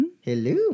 Hello